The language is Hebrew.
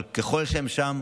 אבל ככל שהם שם,